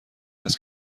است